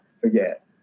forget